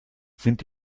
sind